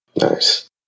Nice